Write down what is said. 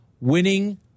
winning